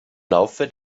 laufe